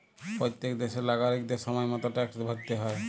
প্যত্তেক দ্যাশের লাগরিকদের সময় মত ট্যাক্সট ভ্যরতে হ্যয়